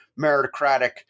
meritocratic